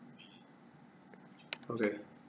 okay